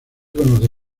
conoce